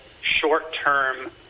short-term